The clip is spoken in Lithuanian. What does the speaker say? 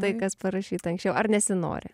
tai kas parašyta anksčiau ar nesinori